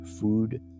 food